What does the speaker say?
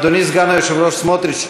אדוני סגן היושב-ראש סמוטריץ,